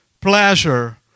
pleasure